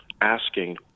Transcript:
asking